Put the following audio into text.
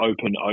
open